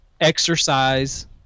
Exercise